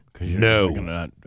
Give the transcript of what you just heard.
No